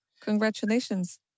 Congratulations